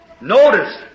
notice